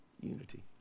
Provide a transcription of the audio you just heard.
unity